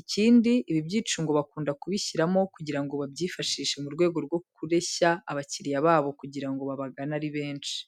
Ikindi, ibi byicungo bakunda kubishyiramo, kugira ngo babyifashishe mu rwego rwo kureshya abakiriya babo kugira ngo babagane ari benshi.